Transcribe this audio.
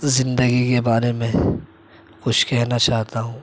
زندگی کے بارے میں کچھ کہنا چاہتا ہوں